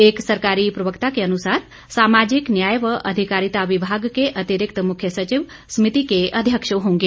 एक सरकारी प्रवक्ता के अनुसार सामाजिक न्याय व अधिकारिता विभाग के अतिरिक्त मुख्य सचिव समिति के अध्यक्ष होंगे